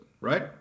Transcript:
right